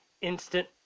instant